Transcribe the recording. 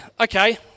okay